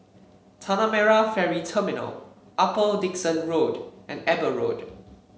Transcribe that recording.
Tanah Merah Ferry Terminal Upper Dickson Road and Eber Road